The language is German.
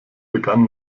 begann